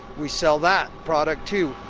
we sell that product too,